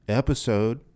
episode